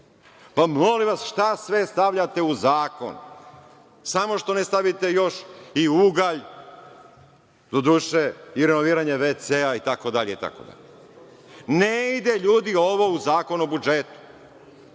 Molim vas, šta sve stavljate u zakon? Samo što ne stavite još i ugalj, doduše, i renoviranje vece-a, itd. Ne ide, ljudi, ovo u Zakon o budžetu.